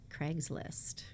Craigslist